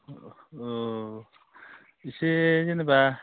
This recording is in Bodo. अ एसे जेनेबा